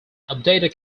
updated